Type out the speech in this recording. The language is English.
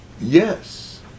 Yes